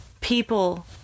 people